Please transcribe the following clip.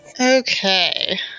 Okay